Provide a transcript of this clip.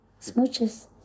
Smooches